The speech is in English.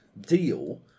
deal